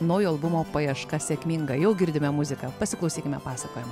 naujo albumo paieška sėkminga jau girdime muziką pasiklausykime pasakojimo